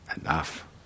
Enough